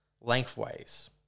lengthways